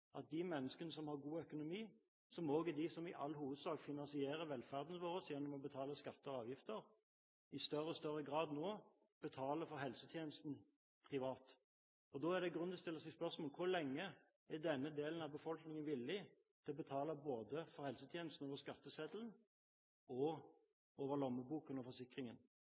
at de menneskene som har god økonomi – som også er dem som i all hovedsak finansierer velferden vår ved å betale skatter og avgifter – i større og større grad nå betaler for helsetjenesten privat. Da er det grunn til å stille seg spørsmålet: Hvor lenge er denne delen av befolkningen villig til å betale både for helsetjenesten over skatteseddelen og over lommeboken og forsikringen?